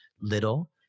Little